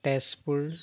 Tezpur